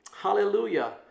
hallelujah